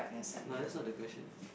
no that's not the question